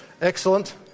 Excellent